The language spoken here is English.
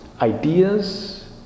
ideas